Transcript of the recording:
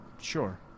sure